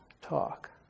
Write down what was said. talk